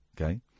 Okay